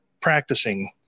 practicing